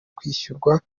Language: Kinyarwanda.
kwishyurwa